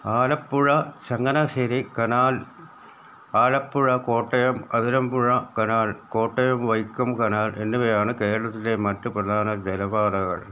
Alappuzha Changanassery canal Alappuzha Kottayam Athirampuzha canal Kottayam Vaikom canal എന്നിവയാണ് കേരളത്തിലെ മറ്റ് പ്രധാന ജലപാതകൾ